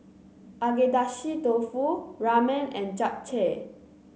Agedashi Dofu Ramen and Japchae